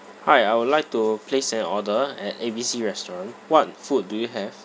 hi I would like to place an order at A B C restaurant what food do you have